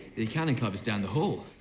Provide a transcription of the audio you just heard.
the accounting club is down the hall.